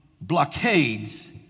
blockades